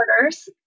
orders